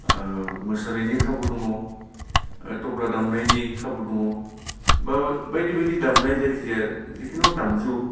मोसानायनि खाबु दङ थब्ला दामनायनि खाबु दङ बा बायदि बायदि दामनाय जायखिजाया जिखुनु दामजु